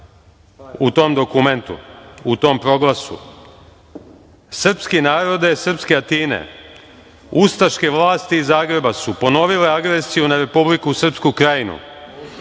u tom dokumentu, u tom proglasu: „Srpski narode srpske Atine, ustaške vlasti iz Zagreba su ponovile agresiju na Republiku Srpsku Krajinu.